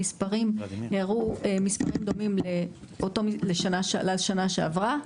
המספרים הראו מספרים דומים לשנה שעברה.